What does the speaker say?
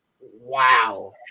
Wow